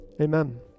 Amen